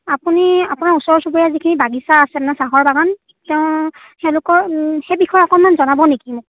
আপুনি আপোনাৰ ওচৰ চুবুৰীয়া যিখিনি বাগিচা আছে চাহৰ বাগান তেওঁ তেওঁলোকৰ সেই বিষয়ে অকণমান জনাব নেকি মোক